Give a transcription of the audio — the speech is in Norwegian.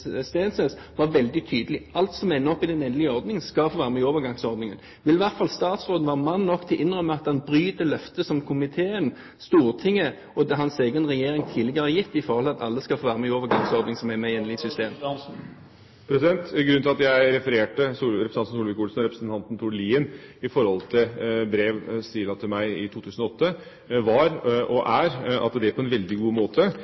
var veldig tydelig: Alt som ender opp i den endelige ordningen, skal få være med i overgangsordningen. Vil statsråden i hvert fall være mann nok til å innrømme at han bryter løftet som komiteen, Stortinget og hans egen regjering tidligere har gitt, om at alle skal få være med i overgangsordningen som er med i … Grunnen til at jeg siterte fra representanten Ketil Solvik-Olsens og representanten Tord Liens brev stilet til meg i 2008 var – og er – at det på en veldig god måte